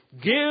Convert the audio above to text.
give